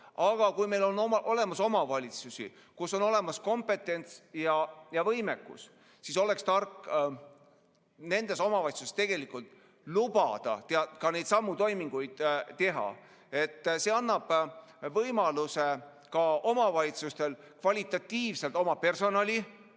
aga kui meil on omavalitsusi, kus on olemas kompetents ja võimekus, siis oleks tark nendes omavalitsustes lubada ka neidsamu toiminguid teha. See annab võimaluse ka omavalitsustel kvalitatiivselt oma personali